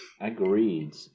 agreed